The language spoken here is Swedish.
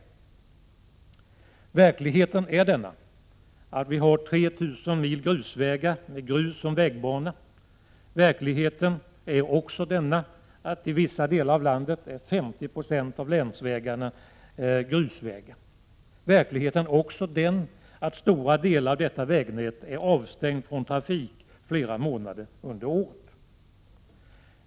Verkligheten är den att vi har 3 000 mil vägar med grus som vägbana. Verkligheten är också den att 50 26 av länsvägarna i vissa delar av landet är grusvägar. Vidare är verkligheten den att stora delar av detta vägnät är avstängda från trafik flera månader under året.